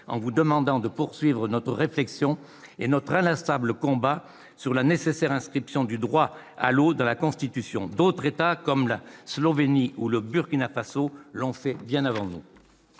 en vous demandant de poursuivre notre réflexion et notre inlassable combat pour la nécessaire inscription du droit à l'eau dans la Constitution ! D'autres États comme la Slovénie ou le Burkina Faso l'ont fait bien avant nous